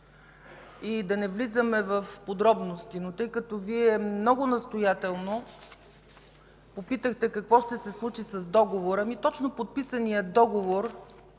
и да не влизаме в подробности. Но тъй като Вие много настоятелно попитахте какво ще се случи с договора – точно подписаният договор